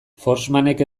forssmanek